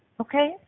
Okay